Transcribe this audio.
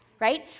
right